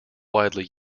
widely